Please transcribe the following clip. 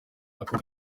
ako